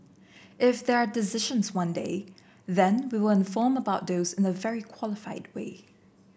if there decisions one day then we will inform about those in a very qualified way